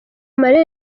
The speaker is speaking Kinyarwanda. mariya